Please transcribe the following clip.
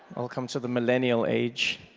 welcome to the millennial age.